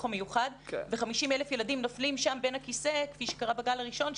המיוחד ו-50,000 ילדים נופלים שם בין הכיסאות כפי שקרה בגל הראשון.